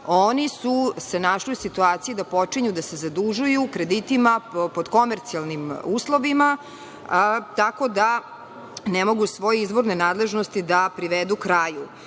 oni su se našli u situaciji da počinju da se zadužuju kreditima pod komercijalnim uslovima, tako da ne mogu svoje izvorne nadležnosti da privedu kraju. Reći